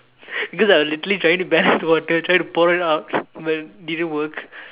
cause I was literally trying to balance water trying to pour it out but didn't work